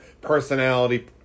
personality